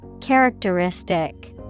Characteristic